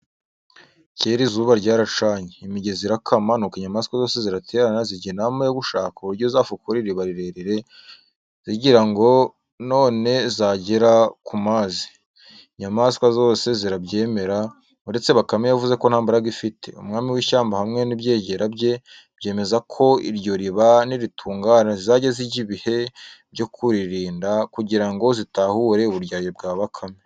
Kera izuba ryaracanye, imigezi irakama, nuko inyamaswa zose ziraterana, zijya inama yo gushaka uburyo zafukura iriba rirerire, zigira ngo none zagera ku mazi. Inyamaswa zose zirabyemera, uretse Bakame yavuze ko nta mbaraga ifite. Umwami w’ishyamba hamwe n'ibyegera bye, byemeza ko iryo riba niritungana zizajya zijya ibihe byo kuririnda, kugira ngo zitahure uburyarya bwa Bakame.